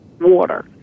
water